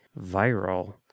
viral